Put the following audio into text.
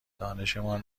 دانشمان